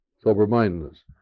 sober-mindedness